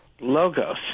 logos